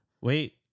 Wait